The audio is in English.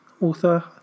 author